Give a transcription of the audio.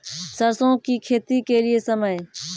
सरसों की खेती के लिए समय?